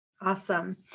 Awesome